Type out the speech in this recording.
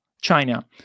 China